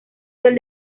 del